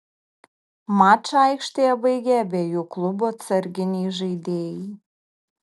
mačą aikštėje baigė abiejų klubų atsarginiai žaidėjai